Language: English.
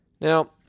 Now